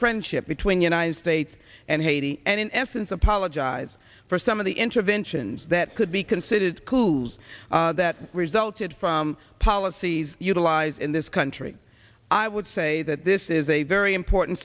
friendship between united states and haiti and in essence apologized for some of the interventions that could be considered coups that resulted from policies utilized in this country i would say that this is a very important